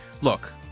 look